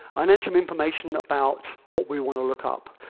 i entered some information about what we want to look up.